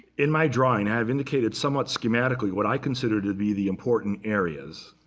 in my drawing i have indicated, somewhat schematically, what i consider to be the important areas,